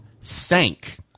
sank